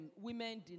women